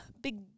big